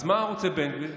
אז מה רוצה בן גביר?